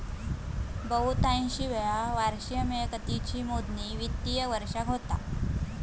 बहुतांशी वेळा वार्षिक मिळकतीची मोजणी वित्तिय वर्षाक होता